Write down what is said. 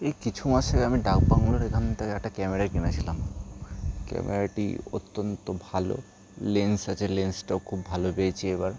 এই কিছু মাস আমি ডাকবাংলোর এখান থেকে একটা ক্যামেরা কিনেছিলাম ক্যামেরাটি অত্যন্ত ভালো লেন্স আছে লেন্সটাও খুব ভালো পেয়েছি এবার